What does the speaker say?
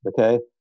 Okay